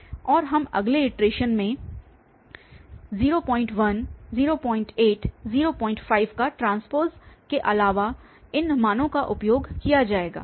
और अब अगले इटरेशन में 01 08 05T के अलावा इन मानों का उपयोग किया जाएगा